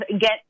get